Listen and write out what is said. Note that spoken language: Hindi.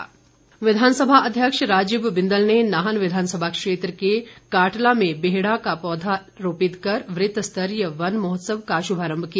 बिंदल विघानसभा अध्यक्ष राजीव बिंदल ने नाहन विघानसभा क्षेत्र के काटल में बेहड़ा का पौधा रोपित कर वृत्तस्तरीय वन महोत्सव का शुभारम्म किया